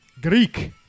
Greek